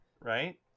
right